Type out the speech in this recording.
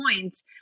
points